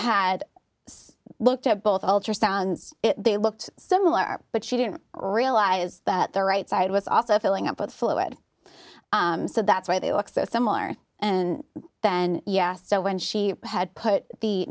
had looked at both ultrasounds they looked similar but she didn't realize that the right side was also filling up with fluid so that's why they look so similar and then yeah so when she had put the